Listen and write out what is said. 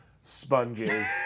sponges